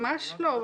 ממש לא.